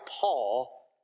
Paul